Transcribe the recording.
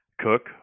cook